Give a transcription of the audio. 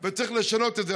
צריך לשנות את זה.